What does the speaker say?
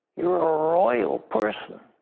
you're a royal person.